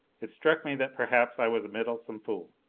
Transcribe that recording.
it struck me that perhaps i was a meddlesome fool.